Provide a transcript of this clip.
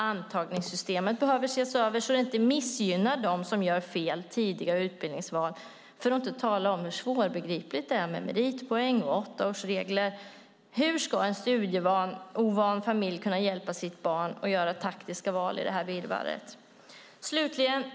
Antagningssystemet behöver ses över, så att det inte missgynnar dem som gör fel tidiga utbildningsval, för att inte tala om hur svårbegripligt det är med meritpoäng och åttaårsregler. Hur ska en studieovan familj kunna hjälpa sitt barn att göra taktiska val i detta virrvarr?